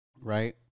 Right